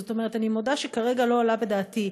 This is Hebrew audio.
זאת אומרת, אני מודה שכרגע לא עולה בדעתי,